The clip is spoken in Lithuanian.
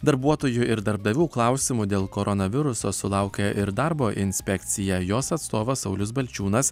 darbuotojų ir darbdavių klausimų dėl koronaviruso sulaukė ir darbo inspekcija jos atstovas saulius balčiūnas